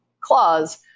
clause